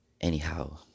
Anyhow